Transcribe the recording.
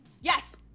Yes